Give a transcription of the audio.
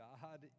God